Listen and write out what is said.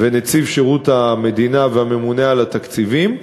נציב שירות המדינה והממונה על התקציבים,